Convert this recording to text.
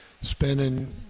spending